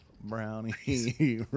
brownie